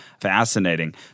Fascinating